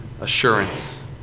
assurance